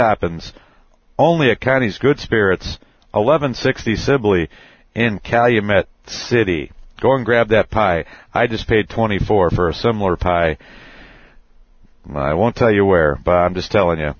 happens only a county's good spirits eleven sixty sibly in calumet city going grab that pie i just paid twenty four for a similar pie and i won't tell you where but i'm just telling you